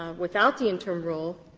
um without the interim rule,